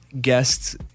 guests